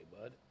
bud